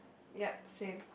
yep same